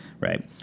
right